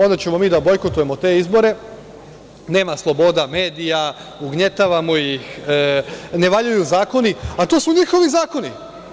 Onda ćemo mi da bojkotujemo te izbore, nema sloboda medija, ugnjetavamo ih, ne valjaju zakoni, a to su njihovi zakoni.